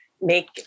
make